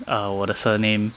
err 我的 surname